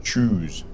Choose